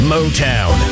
Motown